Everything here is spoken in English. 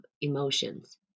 emotions